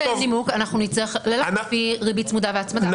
אין נימוק, נצטרך ללכת לריבית צמודה והצמדה.